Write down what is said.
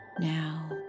now